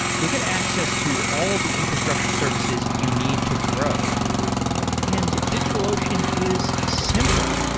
you'll get access to all the infrastructure services you need to grow and digitalocean is simple.